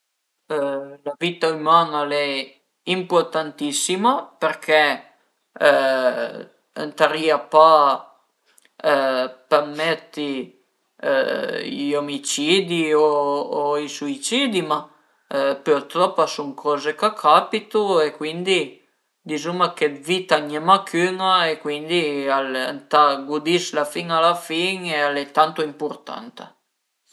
La vita üman-a al e impurtantissima perché ëntarìa pa përmetti i omicidi o i suicidi, ma pütrop a sun coza ch'a capitu e cuindi dizuma che d'vita ai ën e mach üna e cuindi ëntà gusidla fin a la fin e al e tantu impurtanta